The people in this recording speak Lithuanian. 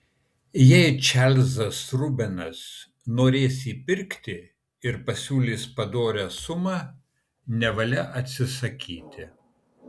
jei čarlzas rubenas norės jį pirkti ir pasiūlys padorią sumą nevalia atsisakyti